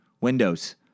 windows